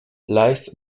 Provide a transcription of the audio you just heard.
lies